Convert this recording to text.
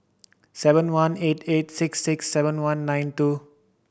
seven one eight eight six six seven one nine two